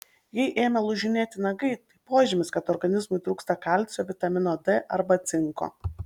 jei ėmė lūžinėti nagai tai požymis kad organizmui trūksta kalcio vitamino d arba cinko